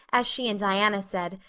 as she and diana said,